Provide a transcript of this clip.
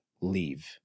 leave